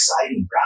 exciting